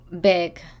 big